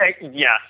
Yes